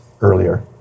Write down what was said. earlier